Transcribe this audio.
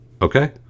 Okay